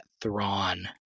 Thrawn